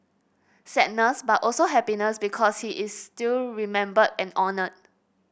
sadness but also happiness because he is still remembered and honoured